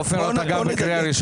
עופר, אני קורא אותך